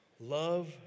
Love